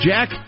Jack